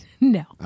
No